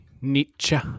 nietzsche